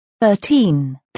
thirteen